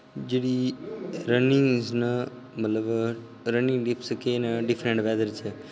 जेह्ड़ी रनिंगस न मतलब रनिंग टिपस केह् न डिफरैंट बैदर च